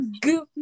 Good